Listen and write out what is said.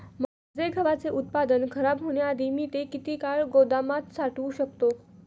माझे गव्हाचे उत्पादन खराब होण्याआधी मी ते किती काळ गोदामात साठवू शकतो?